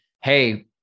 Hey